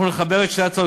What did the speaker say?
אנחנו נחבר את שתי ההצעות,